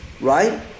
Right